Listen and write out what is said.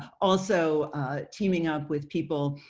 also teaming up with people.